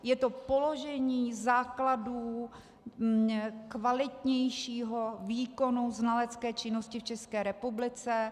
Je to položení základů kvalitnějšího výkonu znalecké činnosti v České republice.